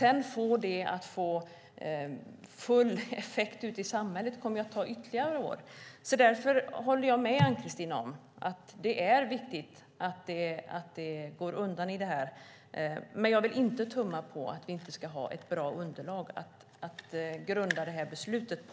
Innan det sedan får full effekt ute i samhället kommer det att ta ytterligare år. Därför håller jag med Ann-Christin om att det är viktigt att det går undan. Men jag vill inte tumma på att vi ska ha ett bra underlag att grunda detta beslut på.